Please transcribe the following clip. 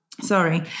sorry